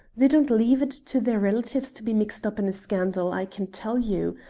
they don't leave it to their relatives to be mixed up in a scandal, i can tell you.